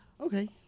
okay